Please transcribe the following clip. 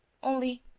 only,